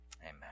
Amen